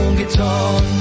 guitar